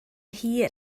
hir